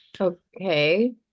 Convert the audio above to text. Okay